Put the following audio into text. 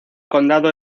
condado